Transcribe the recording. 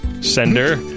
sender